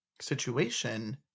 situation